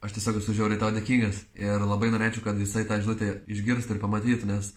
aš tiesiog esu žiauriai tau dėkingas ir labai norėčiau kad jisai tą žinutę išgirstų ir pamatytų nes